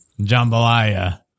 Jambalaya